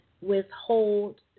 withhold